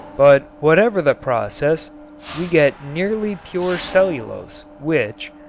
but whatever the process we get nearly pure cellulose which,